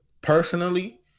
personally